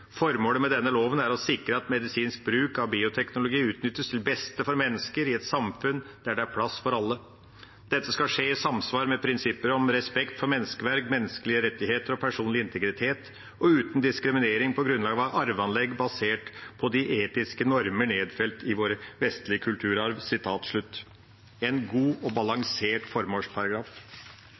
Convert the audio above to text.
med denne loven er å sikre at medisinsk bruk av bioteknologi utnyttes til beste for mennesker i et samfunn der det er plass til alle. Dette skal skje i samsvar med prinsipper om respekt for menneskeverd, menneskelige rettigheter og personlig integritet og uten diskriminering på grunnlag av arveanlegg basert på de etiske normer nedfelt i vår vestlige kulturarv.» – En god og balansert formålsparagraf.